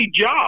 job